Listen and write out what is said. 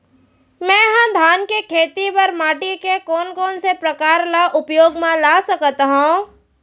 मै ह धान के खेती बर माटी के कोन कोन से प्रकार ला उपयोग मा ला सकत हव?